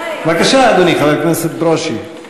בבקשה, אדוני, חבר הכנסת ברושי.